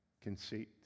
conceit